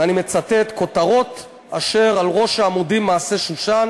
ואני מצטט: "כֹתרֹת אשר על ראש העמודים מעשה שוּשן",